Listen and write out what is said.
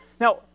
Now